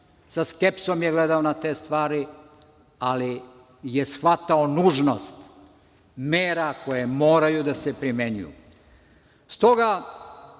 sa skepsom je gledao na te stvari, ali je shvatao nužnost mera koje moraju da se primenjuju.